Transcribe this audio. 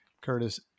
Curtis